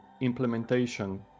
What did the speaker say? implementation